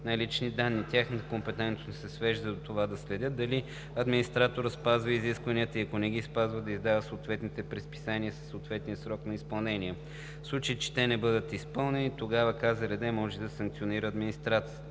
на лични данни. Тяхната компетентност се свежда до това да следят дали администраторът спазва изискванията и ако не ги спазва, да издава съответните предписания със съответния срок на изпълнение. В случай, че те не бъдат изпълнени, тогава Комисията за защита на личните данни може да санкционира администратора.